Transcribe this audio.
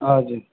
हजुर